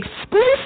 exclusive